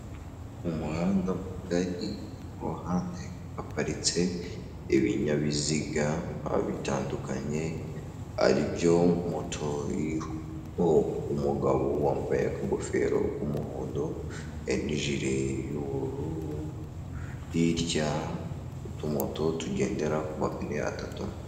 Umuhanda mugari, ku ruhande haparitse ibinyabiziga bitandukanye, ari byo moto iriho umugabo wambaye aka gofero k'umuhondo, n'ijire y'ubururu, hirya utumoto tugendera ku mapine atatu.